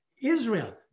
Israel